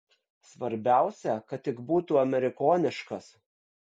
svarbiausia kad tik būtų amerikoniškas